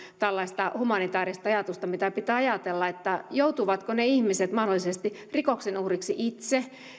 tällaista humanitääristä ajatusta mitä pitää ajatella että joutuvatko ne ihmiset mahdollisesti rikoksen uhriksi itse